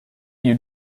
you